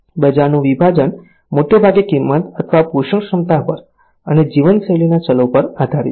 બજારનું વિભાજન મોટે ભાગે કિંમત અથવા પોષણક્ષમતા પર અને જીવનશૈલીના ચલો પર આધારિત છે